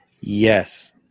Yes